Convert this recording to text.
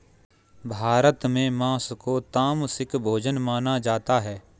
भारत में माँस को तामसिक भोजन माना जाता है